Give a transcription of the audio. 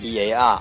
EAR